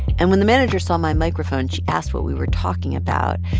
and when the manager saw my microphone, she asked what we were talking about.